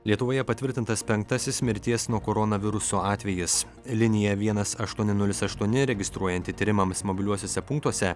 lietuvoje patvirtintas penktasis mirties nuo koronaviruso atvejis linija vienas aštuoni nulis aštuoni registruojanti tyrimams mobiliuosiuose punktuose